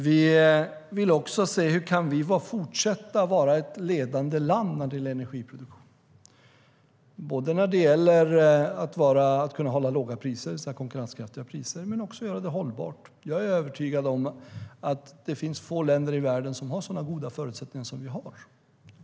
Vi vill också se hur vi kan fortsätta att vara ett ledande land när det gäller energiproduktion genom att både kunna hålla låga och konkurrenskraftiga priser och även göra det hållbart. Jag är övertygad om att det finns få länder i världen som har så goda förutsättningar som vi har.